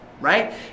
right